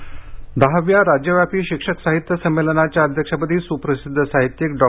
शिक्षक साहित्य दहाव्या राज्यव्यापी शिक्षक साहित्य संमेलनाच्या अध्यक्षपदी सुप्रसिद्ध साहित्यिक डॉ